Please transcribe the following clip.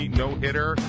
no-hitter